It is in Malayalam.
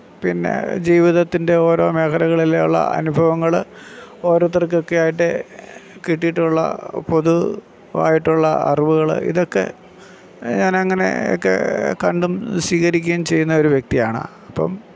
പിന്നെ ജീവിതത്തിന്റെ ഓരോ മേഖലകളിൽ ഉള്ള അനുഭവങ്ങൾ ഓരോരുത്തര്ക്കൊക്കെ ആയിട്ട് കിട്ടിയിട്ടുള്ള പൊതുവായിട്ടുള്ള അറിവുകൾ ഇതൊക്കെ ഞാൻ അങ്ങനെ ഒക്കെ കണ്ടും സ്വീകരിക്കുകയും ചെയ്യുന്ന ഒരു വ്യക്തിയാണ് അപ്പം